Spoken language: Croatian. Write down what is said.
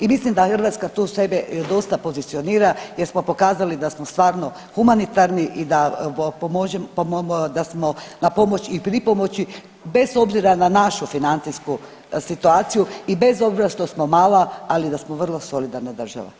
I mislim da Hrvatska tu sebe dosta pozicionira jer smo pokazali da smo stvarno humanitarni i da, da smo na pomoć i pripomoći bez obzira na našu financijsku situaciju i bez obzira što smo mala ali da smo vrlo solidarna država.